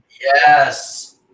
Yes